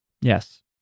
Yes